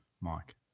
Mike